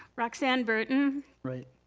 roxanne burton. right.